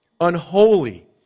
Unholy